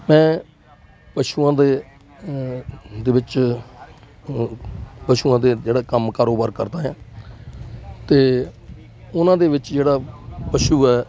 ਮੈਂ ਪਸ਼ੂਆਂ ਦੇ ਦੇ ਵਿੱਚ ਪਸ਼ੂਆਂ ਦੇ ਜਿਹੜਾ ਕੰਮ ਕਾਰੋਬਾਰ ਕਰਦਾ ਹਾਂ ਅਤੇ ਉਹਨਾਂ ਦੇ ਵਿੱਚ ਜਿਹੜਾ ਪਸ਼ੂ ਹੈ